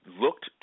looked